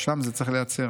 ושם זה צריך להיעצר.